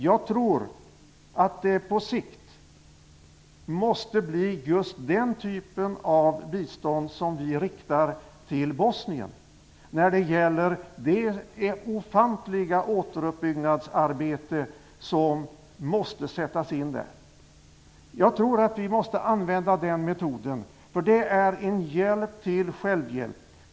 Jag tror att det på sikt måste vara just den typen av bistånd som vi riktar till Bosnien, när det gäller det ofantliga återuppbyggnadsarbete som måste sättas in där. Jag tror att vi måste använda den metoden, därför att det är en hjälp till självhjälp.